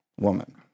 woman